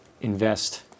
invest